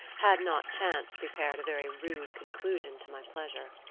had not chance prepared a very rude conclusion to my pleasure.